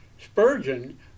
Spurgeon